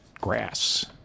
grass